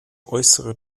äußere